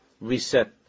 reset